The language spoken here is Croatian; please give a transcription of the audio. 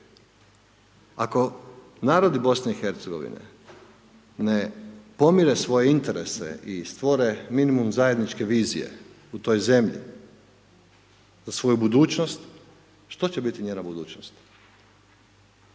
Ako narodi Bosne i Hercegovine ne pomire svoje interese i stvore minimum zajedničke vizije u toj zemlji za svoju budućnost, što će biti njena budućnost?